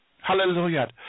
Hallelujah